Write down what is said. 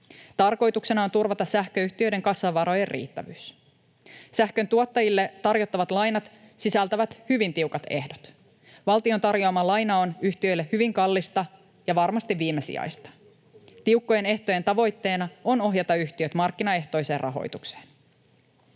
Tarkoituksena on turvata sähköyhtiöiden kassavarojen riittävyys. Sähköntuottajille tarjottavat lainat sisältävät hyvin tiukat ehdot. Valtion tarjoama laina on yhtiöille hyvin kallista ja varmasti viimesijaista. Tiukkojen ehtojen tavoitteena on ohjata yhtiöt markkinaehtoiseen rahoitukseen.